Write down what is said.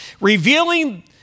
revealing